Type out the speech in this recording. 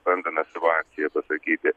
bandome su akcija pasakyti